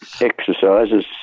exercises